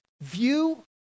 View